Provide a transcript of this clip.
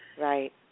Right